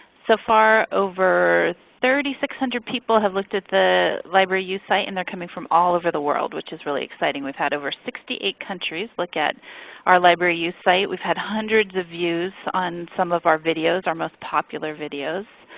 so far over three thousand six hundred people have looked at the libraryyou site and they're coming from all over the world which is really exciting. we've had over sixty eight countries look at our libraryyou site. we've had hundreds of views on some of our videos, our most popular videos,